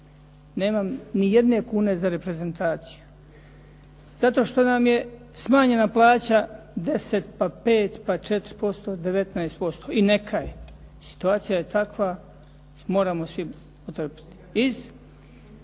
Nemam nijedne kune za reprezentaciju. Zato što nam je smanjenja plaća 10, pa 5, pa 4%, 19%. I neka je situacija je takva, moramo svi pretrpiti.